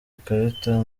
ikarita